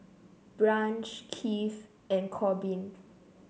Branch Keith and Corbin